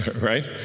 right